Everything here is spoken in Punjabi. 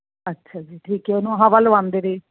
ਅੱਛਾ ਜੀ ਠੀਕ ਹ ਨਾ ਹਵਾ ਲਵਾਉਂਦੇ ਰਹੇ